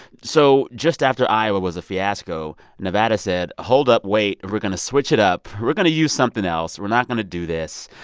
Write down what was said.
so just after iowa was a fiasco, nevada said, hold up. wait. we're going to switch it up. we're going to use something else. we're not going to do this.